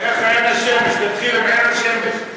איך עין השמש, תתחיל בעין השמש.